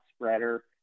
spreader